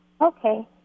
Okay